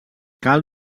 cal